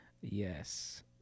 yes